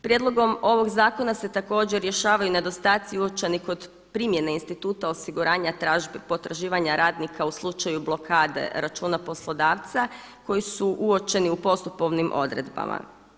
Prijedlogom ovog zakona se također rješavaju i nedostatci uočeni kod primjene instituta osiguranja potraživanja radnika u slučaju blokade računa poslodavca koji su uočeni u postupovnim odredbama.